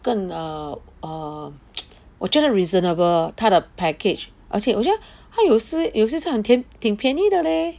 更 err err 我觉得 reasonable lor 他的 package 而且我觉得它有时有时这样挺挺便宜的 leh